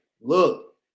look